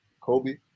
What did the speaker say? Kobe